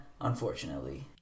unfortunately